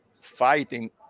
fighting